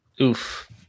Oof